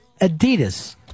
Adidas